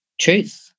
truth